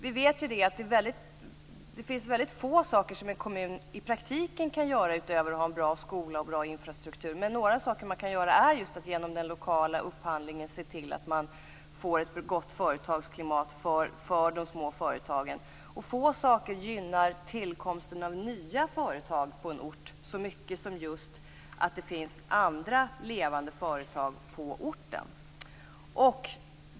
Vi vet ju att det finns väldigt få saker som en kommun i praktiken kan göra utöver att ha en bra skola och en bra infrastruktur, men några saker man kan göra är just att genom den lokala upphandlingen se till att man får ett gott företagsklimat för de små företagen. Få saker gynnar tillkomsten av nya företag på en ort så mycket som just att det finns andra levande företag på orten.